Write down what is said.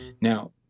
now